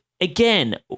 again